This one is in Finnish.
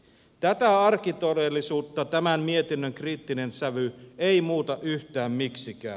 tätä arkitodellisuutta tämän mietinnön kriittinen sävy ei muuta yhtään miksikään